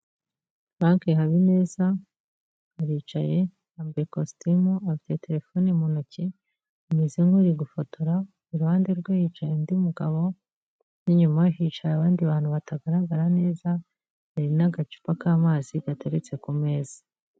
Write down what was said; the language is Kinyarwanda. Frank Habineza aricaye, yambaye kositimu, afite telefone mu ntoki, ameze nk'uri gufotora, iruhande rwe hicaye undi mugabo, n'inyuma hicaye abandi bantu batagaragara neza, hari n'agacupa k'amazi gateretse ku meza.